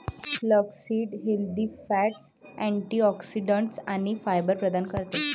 flaxseed healthy fats, antioxidants आणि fibre प्रदान करते